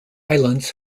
islands